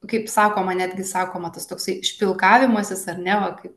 kaip sakoma netgi sakoma tas toksai špilkavimasis ar ne va kaip